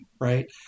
right